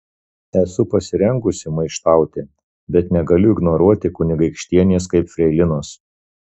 esu pasirengusi maištauti bet negaliu ignoruoti kunigaikštienės kaip freilinos